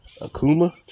Akuma